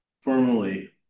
formally